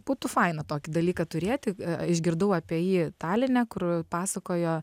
būtų faina tokį dalyką turėti išgirdau apie jį taline kur pasakojo